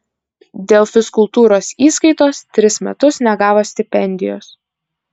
dėl fizkultūros įskaitos tris metus negavo stipendijos